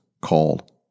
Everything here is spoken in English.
called